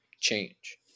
change